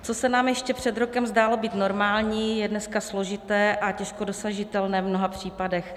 Co se nám ještě před rokem zdálo být normální, je dneska složité a těžko dosažitelné v mnoha případech.